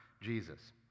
Jesus